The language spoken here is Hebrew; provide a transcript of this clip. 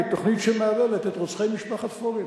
תוכנית שמהללת את רוצחי משפחת פוגל.